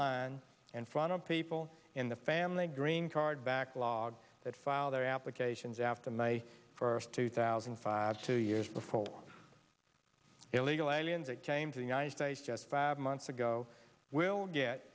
line in front of people in the family green card backlog that file their applications after my first two thousand and five two years before illegal aliens that came to the united states just five months ago will get